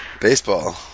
Baseball